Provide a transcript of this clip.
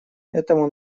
этому